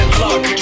luck